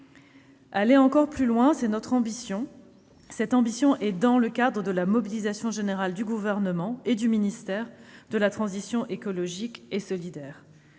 Aller encore plus loin, c'est notre ambition. Elle s'inscrit dans le cadre de la mobilisation générale du Gouvernement et du ministère de la transition écologique et solidaire.